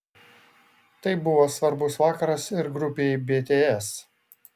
tai buvo svarbus vakaras ir grupei bts